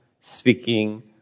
speaking